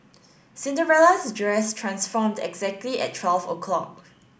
Cinderella's dress transformed exactly at twelve o'clock